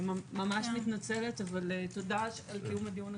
תודה על קיום הדיון.